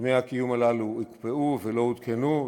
דמי הקיום הללו הוקפאו ולא עודכנו,